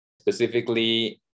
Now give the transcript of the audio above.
Specifically